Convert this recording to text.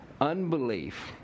Unbelief